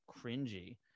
cringy